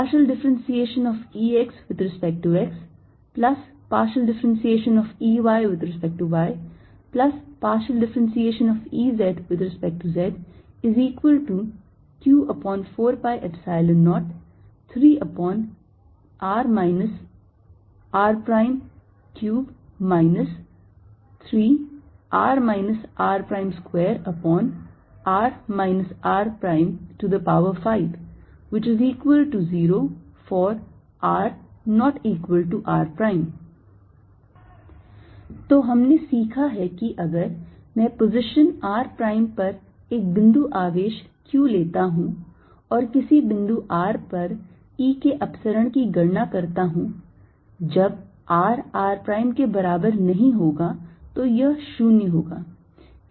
Ex∂xEy∂yEz∂zq4π03r r3 3r r2r r50 for rr तो हमने सीखा है कि अगर मैं पोजीशन r प्राइम पर एक बिंदु आवेश q लेता हूं और किसी बिंदु r पर E के अपसरण की गणना करता हूं जब r r प्राइम के बराबर नहीं होगा तो यह 0 होगा